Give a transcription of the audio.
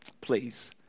please